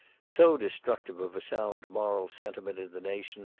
so destructive of a sound moral sentiment in the nation,